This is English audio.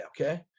Okay